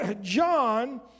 John